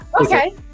Okay